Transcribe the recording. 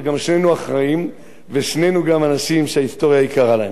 אבל גם שנינו אחראים ושנינו גם אנשים שההיסטוריה יקרה להם.